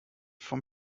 from